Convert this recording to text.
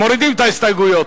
מורידים את ההסתייגויות.